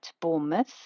Bournemouth